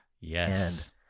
Yes